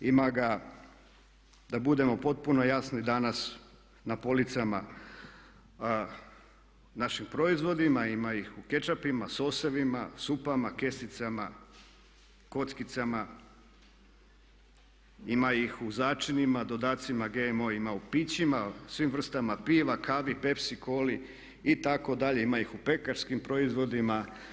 Ima ga da budemo potpuno jasni danas na policama u našim proizvodima, ima ih u kečapima, sosevima, juhama vrećicama, kockicama ima ih u začinima, dodataka GMO ima u pićima, svim vrstama piva, kave, pepsi cola itd., ima ih u pekarskim proizvodima.